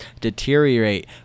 deteriorate